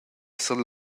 esser